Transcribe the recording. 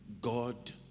God